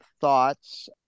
thoughts